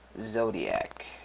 Zodiac